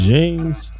James